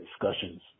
discussions